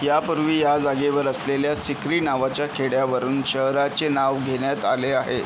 यापूर्वी या जागेवर असलेल्या सिक्री नावाच्या खेड्यावरून शहराचे नाव घेण्यात आले आहे